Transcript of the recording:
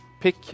pick